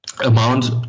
Amount